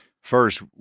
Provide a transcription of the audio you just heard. first